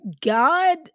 God